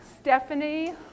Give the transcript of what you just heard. Stephanie